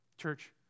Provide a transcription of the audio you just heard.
Church